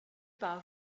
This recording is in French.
par